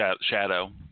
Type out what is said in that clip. shadow